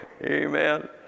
Amen